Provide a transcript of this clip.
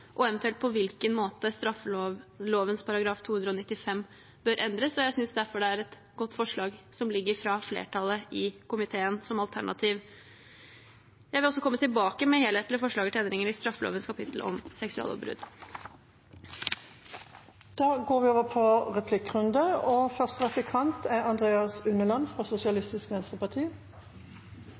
og eventuelt på hvilken måte, straffeloven § 295 bør endres. Jeg synes derfor det er et godt forslag, det alternativet som foreligger fra flertallet i komiteen. Jeg vil komme tilbake med helhetlige forslag til endringer i straffelovens kapittel om seksuallovbrudd. Det blir replikkordskifte. Det kan virke som at det er